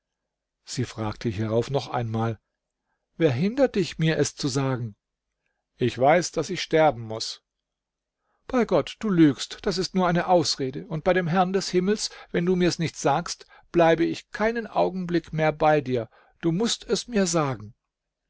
sie fragte hierauf noch einmal wer hindert dich mir es zu sagen ich weiß daß ich sterben muß bei gott du lügst das ist nur eine ausrede und bei dem herrn des himmels wenn du mir's nicht sagst bleibe ich keinen augenblick mehr bei dir du mußt es mir sagen